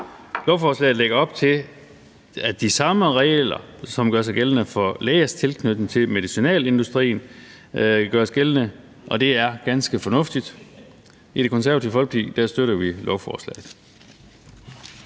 Lovforslaget lægger op til, at de samme regler, som gør sig gældende for lægers tilknytning til medicinalindustrien, gøres gældende, og det er ganske fornuftigt. I Det Konservative Folkeparti støtter vi lovforslaget.